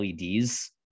LEDs